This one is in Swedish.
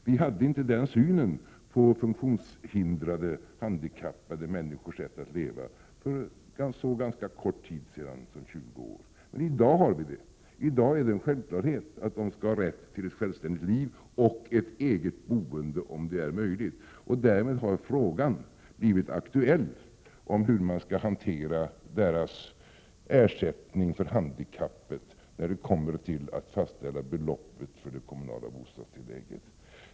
Vi hade inte den synen på funktionshindrade handikappade människors sätt att leva för så relativt kort tid sedan som 20 år. Men i dag har vi det. I dag är det en självklarhet att de skall ha rätt till ett självständigt liv och ett eget boende om detta är möjligt. Därmed har frågan blivit aktuell. Det gäller hur man skall hantera deras ersättning för handikappet när beloppet för det kommunala bostadstillägget skall fastställas.